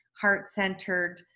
heart-centered